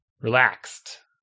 relaxed